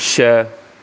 छह